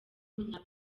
w’umunya